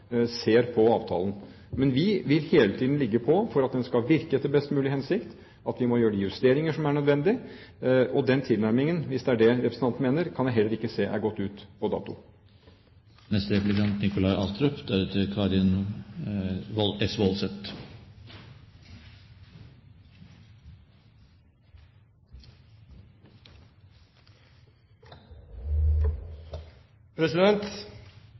ser på avtalen. Men vi vil hele tiden ligge på, for at den skal virke best mulig etter hensikten, at vi må gjøre de justeringer som er nødvendige. Den tilnærmingen, hvis det er det representanten mener, kan jeg heller ikke se er gått ut på dato.